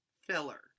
filler